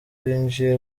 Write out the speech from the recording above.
binjiye